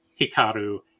Hikaru